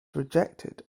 rejected